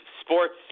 sports